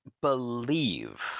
believe